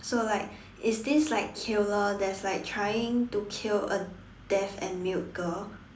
so like it's this like killer that's like trying to kill a deaf and mute girl